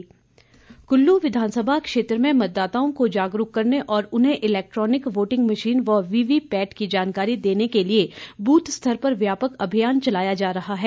शिविर कल्लू विधानसभा क्षेत्र में मतदाताओं को जागरूक करने और उन्हें इलैक्ट्रोनिक वोटिंग मशीन व वीवीपैट की जानकारी देने के लिए बूथ स्तर पर व्यापक अभियान चलाया जा रहा है